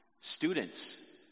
Students